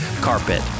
carpet